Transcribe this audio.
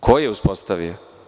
Ko je uspostavio?